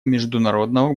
международного